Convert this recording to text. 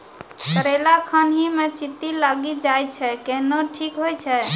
करेला खान ही मे चित्ती लागी जाए छै केहनो ठीक हो छ?